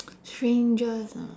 strangest ah